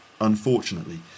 Unfortunately